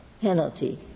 penalty